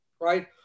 right